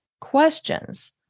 questions